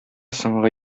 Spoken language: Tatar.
соңгы